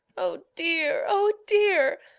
oh, dear! oh, dear!